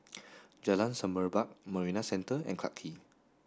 Jalan Semerbak Marina Centre and Clarke Quay